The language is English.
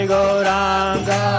Goranga